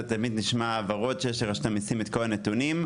זה תמיד נשמע כאילו יש לרשות המיסים את כל הנתונים,